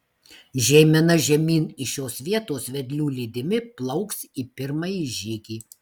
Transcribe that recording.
žeimena žemyn iš šios vietos vedlių lydimi plauks į pirmąjį žygį